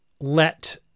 let